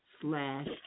slash